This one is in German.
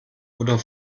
oder